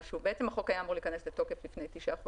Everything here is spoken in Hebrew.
החוק היה אמור להיכנס לתוקף לפני תשעה חודשים.